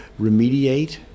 remediate